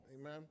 amen